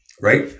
right